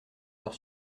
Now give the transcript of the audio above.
leur